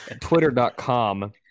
Twitter.com